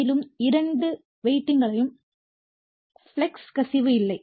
மேலும் இரண்டு வைண்டிங்களையும் ஃப்ளக்ஸ் கசிவு இல்லை